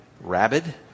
rabid